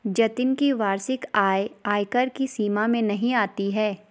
जतिन की वार्षिक आय आयकर की सीमा में नही आती है